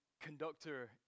conductor